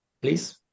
please